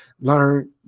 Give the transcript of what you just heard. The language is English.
learn